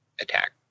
attack